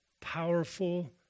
powerful